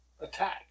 attack